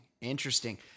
Interesting